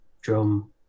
drum